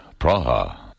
Praha